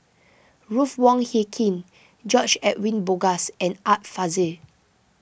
Ruth Wong Hie King George Edwin Bogaars and Art Fazil